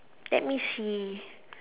let me see